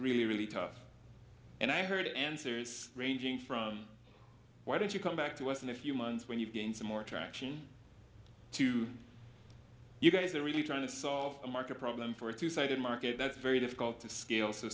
really really tough and i heard answers ranging from why didn't you come back to us in a few months when you gain some more traction to you guys are really trying to solve a market problem for a two sided market that's very difficult to scale so